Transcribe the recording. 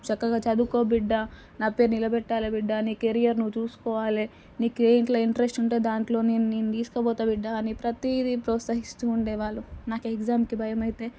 చక్కగా చదువుకో బిడ్డ నా పేరు నిలబెట్టాలి బిడ్డ నీ కెరియర్ నువ్వు చూసుకోవాలి నీకు ఏయింట్ల ఇంట్రెస్ట్ ఉంటే దాంట్లో నేను నిన్ను తీసుకపోతా బిడ్డ అని ప్రతిదీ ప్రోత్సహిస్తూ ఉండేవాళ్ళు నాకు ఎగ్జామ్కి భయమైతే